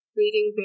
reading